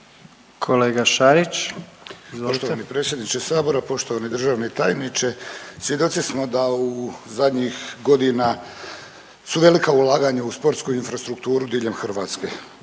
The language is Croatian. **Šarić, Josip (HDZ)** Poštovani predsjedniče sabora, poštovani državni tajniče svjedoci smo da u zadnjih godina su velika ulaganja u sportsku infrastrukturu diljem Hrvatske.